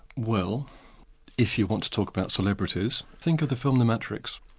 well if you want to talk about celebrities, think of the film, the matrix.